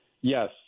yes